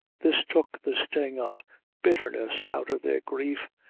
this took the sting of bitterness out of their grief,